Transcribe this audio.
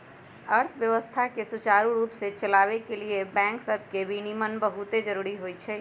अर्थव्यवस्था के सुचारू रूप से चलाबे के लिए बैंक सभके विनियमन बहुते जरूरी होइ छइ